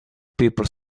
people